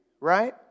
right